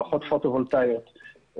מערכות פוטו-וולטאיות.